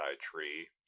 tree